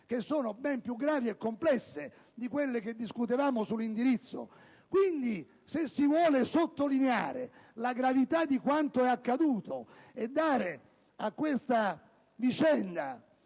che sono ben più gravi e complesse di quelle che discutevamo in merito all'indirizzo. Quindi, se si vuole sottolineare la gravità di quanto accaduto e dare a questa vicenda